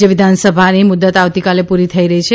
રાજય વિધાનસભાની મુદત આવતીકાલે પૂરી થઇ રહી છે